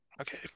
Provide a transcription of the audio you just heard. Okay